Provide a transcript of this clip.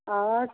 آچھا